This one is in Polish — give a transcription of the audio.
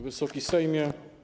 Wysoki Sejmie!